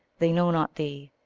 they know not thee,